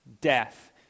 death